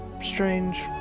strange